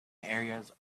areas